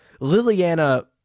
Liliana